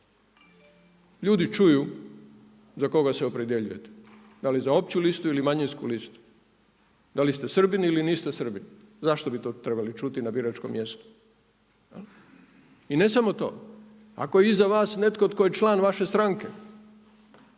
Ljudi čuju za koga se opredjeljuju, da li za opću listu ili manjinsku listu, da li ste Srbin ili niste Srbin. Zašto bi to trebali čuti na biračkom mjestu? I ne samo to, ako je iza vas netko tko je član vaše stranke,